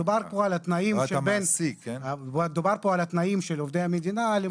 מדובר פה על התנאים של עובדי המדינה.